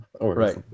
right